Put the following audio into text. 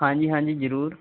ਹਾਂਜੀ ਹਾਂਜੀ ਜ਼ਰੂਰ